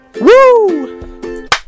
Woo